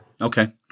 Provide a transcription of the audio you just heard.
Okay